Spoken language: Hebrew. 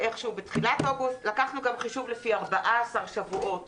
בתחילת אוגוסט, לקחנו חישבו לפי 14 שבועות